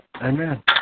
Amen